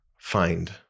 find